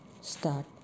start